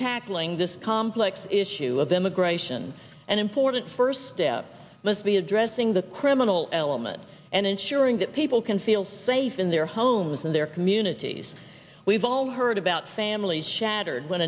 tackling this complex issue of immigration an important first step must be addressing the criminal element and ensuring that people can feel safe in their homes and their communities we've all heard about family shattered when